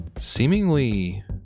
Seemingly